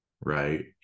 right